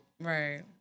Right